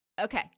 okay